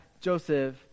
Joseph